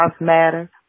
matter